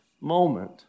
moment